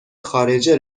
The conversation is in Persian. خارجه